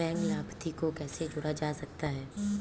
Bank लाभार्थी को कैसे जोड़ा जा सकता है?